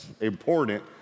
important